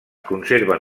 conserven